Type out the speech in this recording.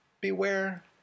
Beware